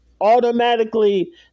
automatically